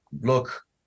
look